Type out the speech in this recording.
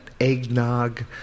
eggnog